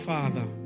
Father